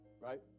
right